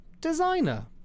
designer